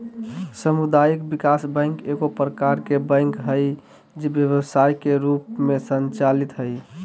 सामुदायिक विकास बैंक एगो प्रकार के बैंक हइ जे व्यवसाय के रूप में संचालित हइ